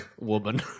woman